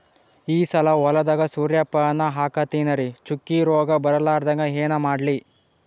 ಈ ಸಲ ಹೊಲದಾಗ ಸೂರ್ಯಪಾನ ಹಾಕತಿನರಿ, ಚುಕ್ಕಿ ರೋಗ ಬರಲಾರದಂಗ ಏನ ಮಾಡ್ಲಿ?